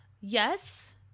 Yes